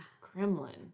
Kremlin